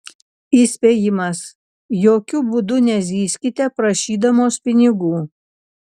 įspėjimas jokiu būdų nezyzkite prašydamos pinigų